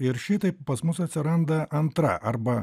ir šitaip pas mus atsiranda antra arba